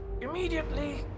immediately